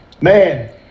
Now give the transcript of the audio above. Man